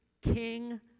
king